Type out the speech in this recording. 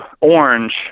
orange